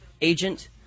agent